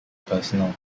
personal